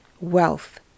wealth